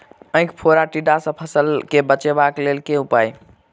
ऐंख फोड़ा टिड्डा सँ फसल केँ बचेबाक लेल केँ उपाय?